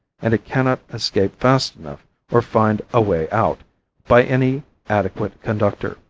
and it cannot escape fast enough or find a way out by any adequate conductor.